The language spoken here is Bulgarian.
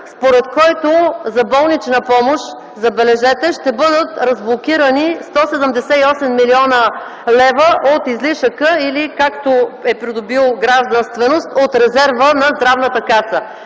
според който за болнична помощ, забележете, ще бъдат разблокирани 178 млн. лв. от излишъка, или както е придобил гражданственост – от резерва на Здравната каса.